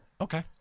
Okay